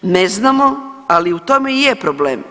Ne znamo, ali u tome i je problem.